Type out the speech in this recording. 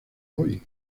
hoy